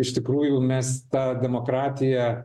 iš tikrųjų mes tą demokratiją